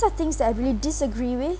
are things that I really disagree with